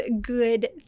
good